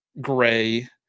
gray